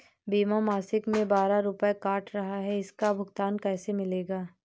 बीमा मासिक में बारह रुपय काट रहा है इसका भुगतान कैसे मिलेगा?